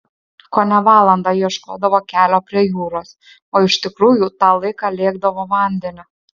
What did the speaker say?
kone valandą ieškodavo kelio prie jūros o iš tikrųjų tą laiką lėkdavo vandeniu